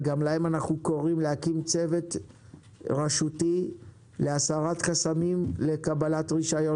גם להם קוראים להקים צוות רשותי להסרת חסמים לקבלת רישיון